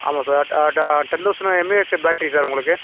ஆமாங்க சார் டா டா ten thousand mAh battery sir உங்களுக்கு